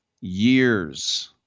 years